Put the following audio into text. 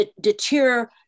deter